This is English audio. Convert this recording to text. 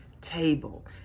table